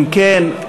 אם כן,